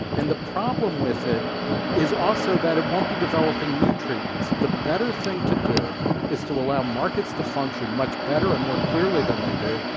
and the problem with it is also that it won't be developing new treatments. the better thing to do is allow markets to function much better and more clearly than they do,